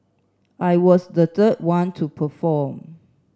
I was the third one to perform